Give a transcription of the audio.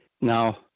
Now